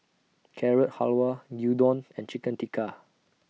Carrot Halwa Gyudon and Chicken Tikka